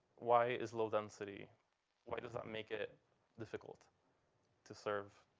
why is low density why does that make it difficult to serve